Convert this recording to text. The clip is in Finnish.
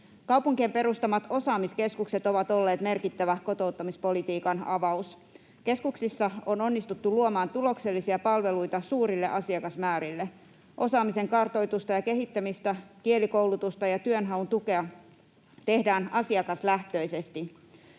Kaupunkien perustamat osaamiskeskukset ovat olleet merkittävä kotouttamispolitiikan avaus. Keskuksissa on onnistuttu luomaan tuloksellisia palveluita suurille asiakasmäärille. Osaamisen kartoitusta ja kehittämistä, kielikoulutusta ja työnhaun tukea tehdään asiakaslähtöisesti.